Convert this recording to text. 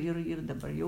ir ir dabar jau